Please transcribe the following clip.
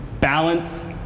balance